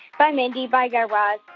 bye, mindy. bye, guy raz.